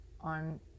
on